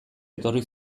etorri